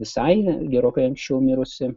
visai gerokai anksčiau mirusi